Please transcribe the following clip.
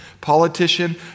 politician